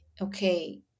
okay